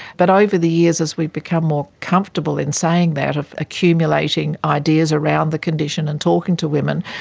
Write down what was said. but over the years as we've become more comfortable in saying that, of accumulating ideas around the condition and talking to women,